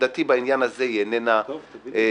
עמדתי בעניין הזה איננה משמעותית.